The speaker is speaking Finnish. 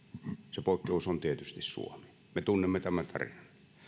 se poikkeus oli tietysti suomi me tunnemme tämän tarinan